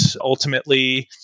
ultimately